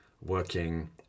working